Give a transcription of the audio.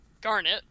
garnet